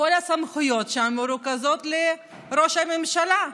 וכל הסמכויות שם מרוכזות לראש הממשלה,